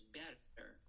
better